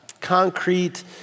concrete